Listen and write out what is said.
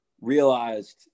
realized